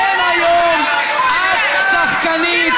אין היום אף שחקנית,